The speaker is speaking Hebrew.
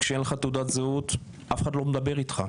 כשאין לך תעודות זהות אף אחד לא מדבר איתך.